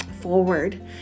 forward